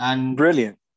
Brilliant